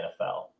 nfl